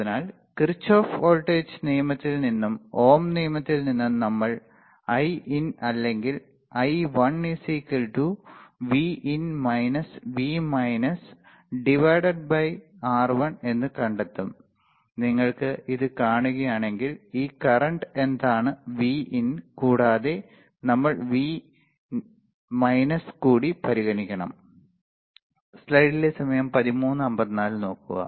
അതിനാൽ Kirchhoff voltage നിയമത്തിൽ നിന്നും ഓം നിയമത്തിൽ നിന്നും നമ്മൾ Iin അല്ലെങ്കിൽ I1 R1 എന്ന് കണ്ടെത്തുന്നു നിങ്ങൾ ഇത് കാണുകയാണെങ്കിൽ ഈ കറന്റ് എന്താണ് Vin കൂടാതെ നമ്മൾ V കൂടി പരിഗണിക്കണം